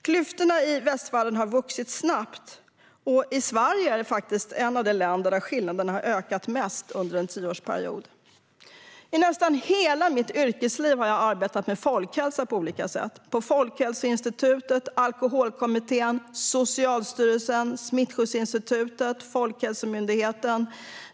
Klyftorna i västvärlden har vuxit snabbt, och Sverige är ett av de länder där skillnaderna har ökat mest under en tioårsperiod. I nästan hela mitt yrkesliv har jag arbetat med folkhälsa på olika sätt, på Folkhälsoinstitutet, i Alkoholkommittén, på Socialstyrelsen, på Smittskyddsinstitutet och på Folkhälsomyndigheten.